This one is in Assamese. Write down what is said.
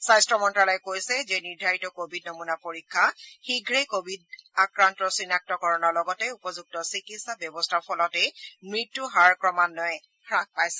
স্বাস্য মন্ত্যালয়ে কৈছে যে নিৰ্ধাৰিত কোভিড নমুনা পৰীক্ষা শীঘ্ৰেই কোভিড আক্ৰান্তৰ চিনাক্তকৰণৰ লগতে উপযুক্ত চিকিৎসা ব্যৱস্থাৰ ফলতেই মৃত্যুৰ হাৰ ক্ৰমান্বয়ে হাস পাইছে